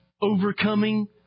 overcoming